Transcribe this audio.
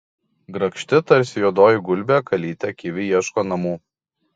grakšti tarsi juodoji gulbė kalytė kivi ieško namų